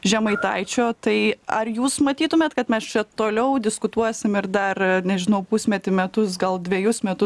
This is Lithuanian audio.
žemaitaičio tai ar jūs matytumėt kad mes čia toliau diskutuosim ir dar nežinau pusmetį metus gal dvejus metus